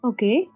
Okay